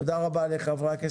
תודה רבה לחברי הכנסת.